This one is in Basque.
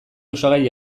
osagai